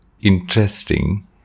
interesting